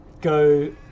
go